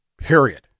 Period